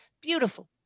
beautiful